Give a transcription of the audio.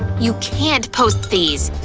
you can't post these,